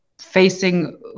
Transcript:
facing